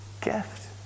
gift